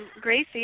Gracie